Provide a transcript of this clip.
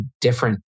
different